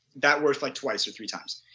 that was like twice or three times.